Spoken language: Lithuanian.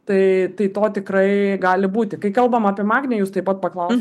tai tai to tikrai gali būti kai kalbam apie magnį jūs taip pat paklausėt